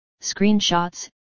screenshots